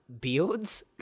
beards